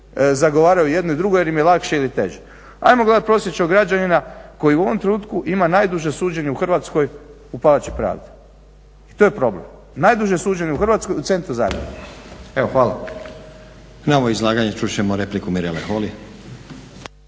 zagovaraju jedno i drugo jer im je lakše ili teže. Ajmo gledati prosječnog građanina koji u ovom trenutku ima najduže suđenje u Hrvatskoj u Palači pravde. I to je problem, najduže suđenje u Hrvatskoj, u centru Zagreba. Evo, hvala. **Stazić, Nenad (SDP)** Na ovo izlaganje čut ćemo repliku Mirele Holy.